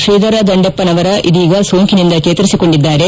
ಶ್ರೀಧರ ದಂಡೆಪ್ಪನವರ ಇದೀಗ ಸೋಂಕಿನಿಂದ ಚೇತರಿಸಿಕೊಂಡಿದ್ದಾರೆ